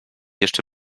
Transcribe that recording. jeszcze